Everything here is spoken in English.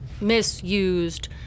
misused